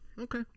okay